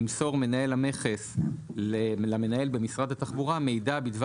ימסור מנהל המכס למנהל במשרד התחבורה מידע בדבר